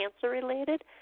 cancer-related